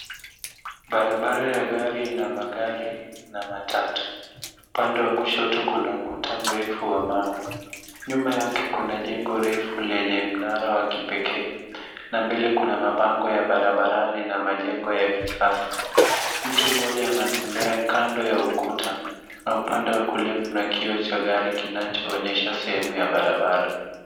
Barabara ina magari na matatu. Upande wa kushoto kuna ukuta mrefu wa mawe. Nyuma yake kuna jengo refu lenye mnara wa kipekee na mbele kuna mabango ya barabarani na majengo ya kisasa. Mtu mmoja anatembea kando ya ukuta na upande wa kulia kuna kioo cha gari kinachoonyesha sehemu ya barabara.